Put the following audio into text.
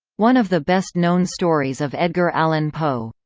one of the best known stories of edgar allan poe,